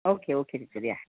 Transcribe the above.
okay okay teacher या